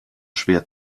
schwer